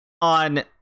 on